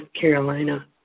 Carolina